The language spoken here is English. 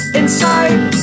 inside